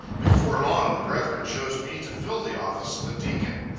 before long, the brethren chose me to fill the office of a deacon.